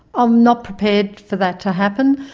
i'm not prepared for that to happen.